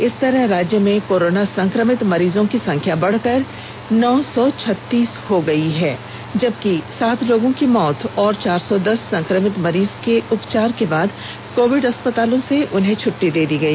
इस तरह राज्य में कोरोना संक्रमित मरीजों की संख्या बढकर नौ सौ छत्तीस हो चुकी है जबकि सात लोगों की मौत और चार सौ दस संक्रमित मरीज को उपचार के बाद कोविड अर्थपतालों से छट्टी दे दी गई